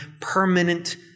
permanent